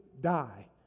die